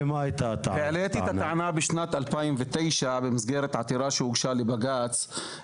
העליתי את הטענה בשנת 2009 במסגרת עתירה שהוגשה לבג"ץ.